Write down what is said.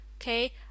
okay